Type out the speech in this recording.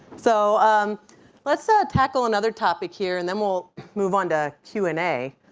so um let's so tackle another topic here and then we'll move on to q and a.